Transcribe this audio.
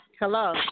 Hello